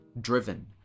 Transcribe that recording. driven